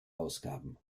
ausgaben